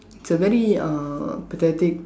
it's a very uh pathetic